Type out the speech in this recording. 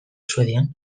suedian